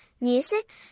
music